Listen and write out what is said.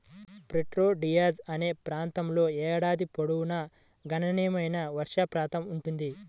Prieto Diaz అనే ప్రాంతంలో ఏడాది పొడవునా గణనీయమైన వర్షపాతం ఉంటుంది